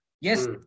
Yes